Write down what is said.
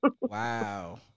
Wow